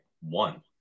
one